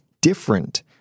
different